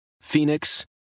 Phoenix